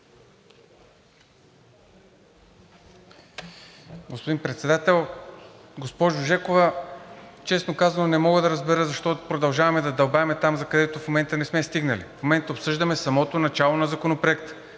Господин Председател! Госпожо Жекова, честно казано не мога да разбера защо продължаваме да дълбаем там, където в момента не сме стигнали. В момента обсъждаме самото начало на Законопроекта.